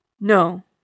No